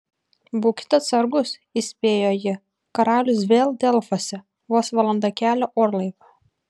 būkit atsargūs įspėjo ji karalius vėl delfuose vos valanda kelio orlaiviu